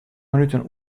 minuten